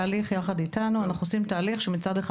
והוא באמת מוביל תהליך יחד איתנו שמצד אחד